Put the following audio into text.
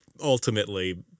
ultimately